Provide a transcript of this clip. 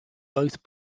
both